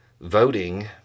voting